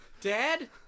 Dad